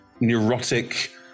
neurotic